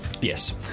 Yes